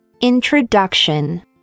introduction